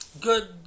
good